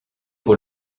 pour